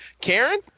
Karen